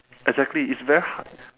exactly it's very hard